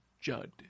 Judd